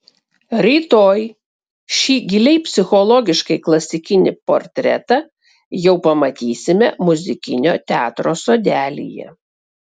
rytoj šį giliai psichologiškai klasikinį portretą jau pamatysime muzikinio teatro sodelyje